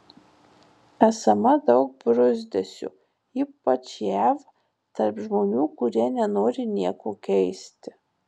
esama daug bruzdesio ypač jav tarp žmonių kurie nenori nieko keisti